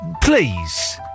Please